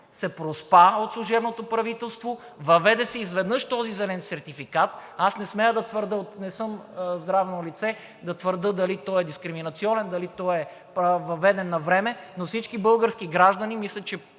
се проспа от служебното правителство, въведе се изведнъж този зелен сертификат. Аз не съм здравно лице и не смея да твърдя дали той е дискриминационен, дали той е въведен навреме, но всички български граждани – мисля, че